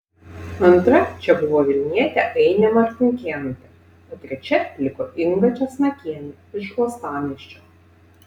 antra čia buvo vilnietė ainė martinkėnaitė o trečia liko inga česnakienė iš uostamiesčio